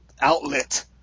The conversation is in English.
outlet